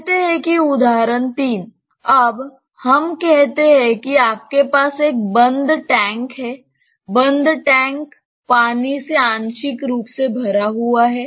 कहते हैं उदाहरण 3 अब हम कहते हैं कि आपके पास एक बंद टैंक है बंद टैंक पानी से आंशिक रूप से भरा हुआ है